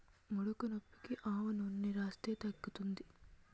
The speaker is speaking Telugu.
ముడుకునొప్పికి ఆవనూనెని రాస్తే తగ్గుతాది